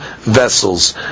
vessels